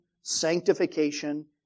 sanctification